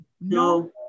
no